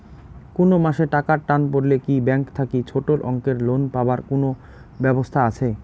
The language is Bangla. কুনো মাসে টাকার টান পড়লে কি ব্যাংক থাকি ছোটো অঙ্কের লোন পাবার কুনো ব্যাবস্থা আছে?